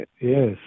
Yes